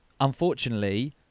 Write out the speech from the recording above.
Unfortunately